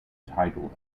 title